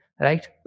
right